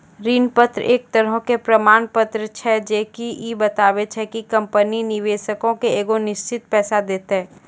ऋण पत्र एक तरहो के प्रमाण पत्र होय छै जे की इ बताबै छै कि कंपनी निवेशको के एगो निश्चित पैसा देतै